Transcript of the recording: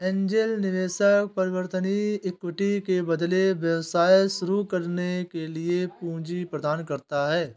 angel निवेशक परिवर्तनीय equity के बदले व्यवसाय शुरू करने के लिए पूंजी प्रदान करता है